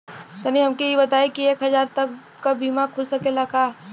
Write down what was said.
तनि हमके इ बताईं की एक हजार तक क बीमा खुल सकेला का?